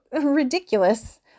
Ridiculous